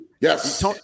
Yes